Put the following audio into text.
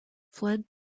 fled